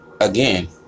again